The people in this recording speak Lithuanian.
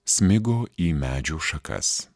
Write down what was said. smigo į medžių šakas